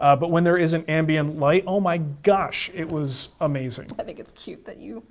ah but when there is an ambient light, oh my gosh, it was amazing. i think it's cute that you